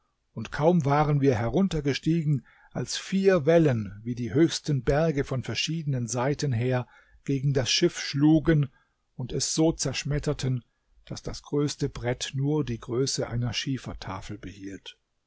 und kaum waren wir heruntergestiegen als vier wellen wie die höchsten berge von verschiedenen seiten her gegen das schiff schlugen und es so zerschmetterten daß das größte brett nur die größe einer schiefertafel behielt